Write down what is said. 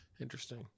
Interesting